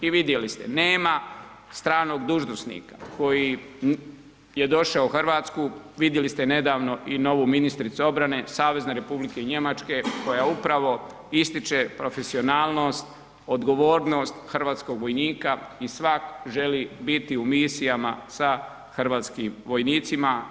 I vidjeli ste, nema stranog dužnosnika koji je došao u Hrvatsku, vidjeli ste nedavno i novu ministricu obrane Savezne Republike Njemačke koja upravo ističe profesionalnost, odgovornost hrvatskog vojnika i svatko želi biti u misijama sa hrvatskim vojnicima.